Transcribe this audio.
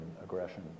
aggression